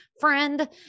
friend